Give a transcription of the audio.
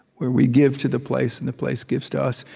where we give to the place, and the place gives to us.